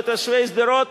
ותושבי שדרות.